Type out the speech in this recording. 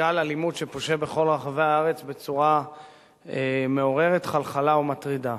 גל אלימות פושה בכל רחבי הארץ בצורה מעוררת חלחלה ומטרידה.